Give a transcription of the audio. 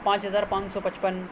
پانچ ہزار پان سو پچپن